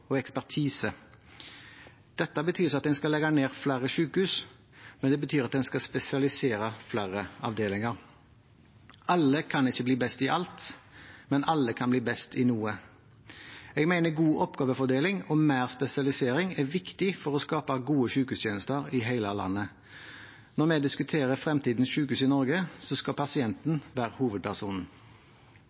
og ekspertise. Dette betyr ikke at en skal legge ned flere sykehus, men det betyr at en skal spesialisere flere avdelinger. Alle kan ikke bli best i alt, men alle kan bli best i noe. Jeg mener god oppgavefordeling og mer spesialisering er viktig for å skape gode sykehustjenester i hele landet. Når vi diskuterer fremtidens sykehus i Norge, skal pasienten være hovedpersonen.